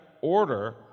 Order